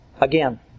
Again